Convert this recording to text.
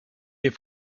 est